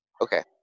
Okay